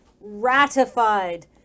ratified